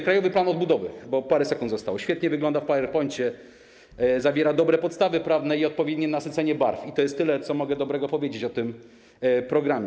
Krajowy plan odbudowy, bo parę sekund zostało, świetnie wygląda w Power Poincie, zawiera dobre podstawy prawne i odpowiednie nasycenie barw i to jest tyle, co mogę dobrego powiedzieć o tym programie.